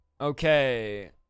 Okay